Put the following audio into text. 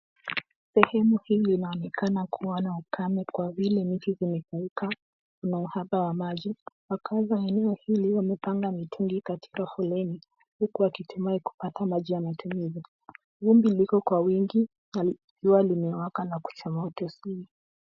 Sehemu hii inaonekana kuwa na ukame kwa vile miti zimekauka, kuna uhaba wa maji, wakaazi wa eneo hili wamepanga mitungi katika foleni huku wakitumai kupata maji ya matumizi. Vumbi liko kwa wingi na jua limewaka la kuchoma utosini.